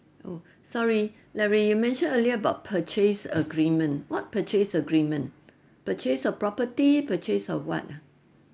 oh sorry larry you mentioned earlier about purchase agreement what purchase agreement purchase of property purchase of what ah